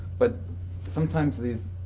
but sometimes these.